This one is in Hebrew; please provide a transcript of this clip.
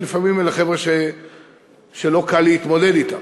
כי לפעמים אלה חבר'ה שלא קל להתמודד אתם.